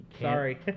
sorry